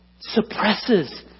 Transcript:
suppresses